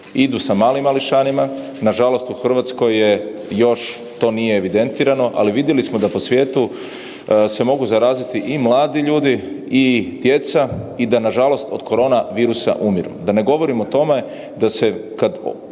Idu sa malim mališanima, nažalost u RH još to nije evidentirano, ali vidjeli smo da po svijetu se mogu zaraziti i mladi ljudi i djeca i da nažalost od korona virusa umiru. Da ne govorim o tome kada